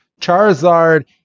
Charizard